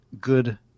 good